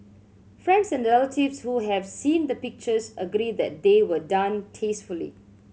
friends and relatives who have seen the pictures agree that they were done tastefully